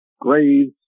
graves